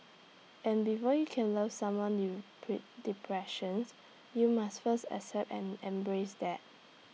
and before you can love someone pre depressions you must first accept and embrace that